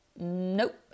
Nope